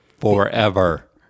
forever